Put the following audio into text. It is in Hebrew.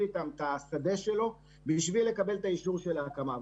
איתם את השדה שלו כדי לקבל את האישור של ההקמה,